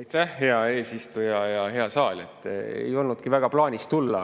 Aitäh, hea eesistuja! Hea saal! Ei olnudki plaanis tulla,